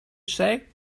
say